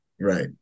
Right